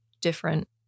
different